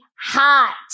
hot